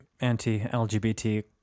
anti-lgbt